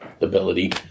ability